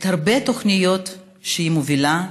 הרבה תוכניות שהיא מובילה,